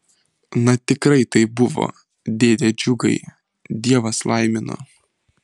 na tikrai taip buvo dėde džiugai dievas laimino